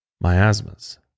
miasmas